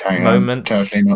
moments